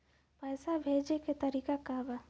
पैसा भेजे के तरीका का बा?